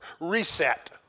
reset